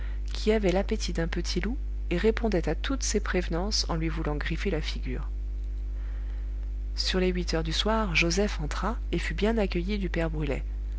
qui avait l'appétit d'un petit loup et répondait à toutes ses prévenances en lui voulant griffer la figure sur les huit heures du soir joseph entra et fut bien accueilli du père brulet